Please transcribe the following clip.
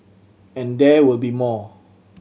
and there will be more